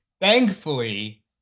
Thankfully